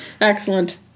Excellent